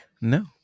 No